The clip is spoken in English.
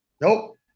nope